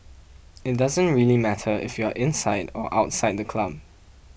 it doesn't really matter if you are inside or outside the club